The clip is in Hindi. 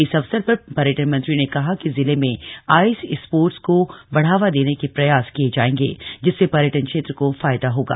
इस अवसर पर पर्यटन मंत्री ने कहा कि जिले में आइस स्पोर्ट्स को बढ़ावा देने के प्रयास किये जाएंगे जिससे पर्यटन क्षेत्र को फायदा होगा